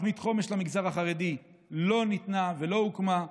תוכנית חומש למגזר החרדי לא ניתנה ולא הוקמה,